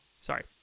sorry